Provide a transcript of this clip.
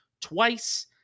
twice